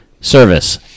service